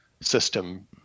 system